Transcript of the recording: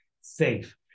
safe